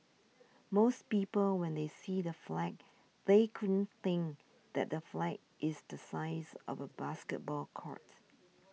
most people when they see the flag they couldn't think that the flag is the size of a basketball court